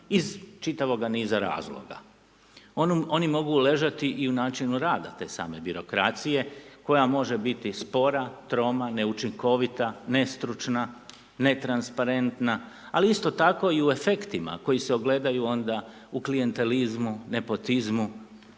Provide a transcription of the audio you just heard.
iz čitavoga niza razloga. Oni mogu ležati i u načinu rada te same birokracije, koja može biti spora, troma, neučinkovita, nestručna, netransparentna, ali isto tako i u efektima koji se ogledaju onda u klijentelizmu, nepotizmu,